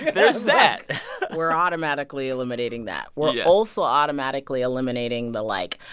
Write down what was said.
there's that we're automatically eliminating that. we're also automatically eliminating the, like,